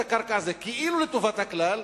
הקרקע הזאת כאילו לטובת הכלל,